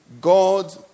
God